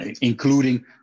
including